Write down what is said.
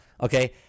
okay